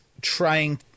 trying